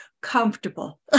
comfortable